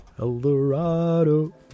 Eldorado